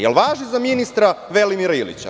Da li važi za ministra Velimira Ilića?